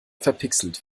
verpixelt